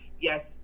yes